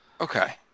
Okay